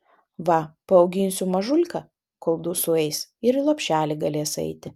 va paauginsiu mažulką kol du sueis ir i lopšelį galės eiti